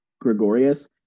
Gregorius